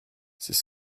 c’est